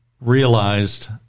realized